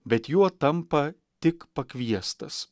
bet juo tampa tik pakviestas